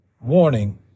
Warning